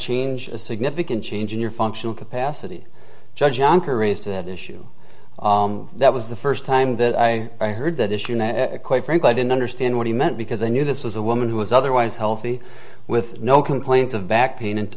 change a significant change in your functional capacity judge jonker raised that issue that was the first time that i heard that issue and quite frankly i didn't understand what he meant because i knew this was a woman who was otherwise healthy with no complaints of back pain and